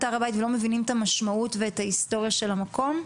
הר הבית ולא מבינים את המשמעות ואת ההיסטוריה של המקום?